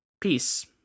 Peace